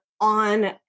on